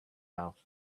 mouth